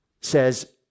says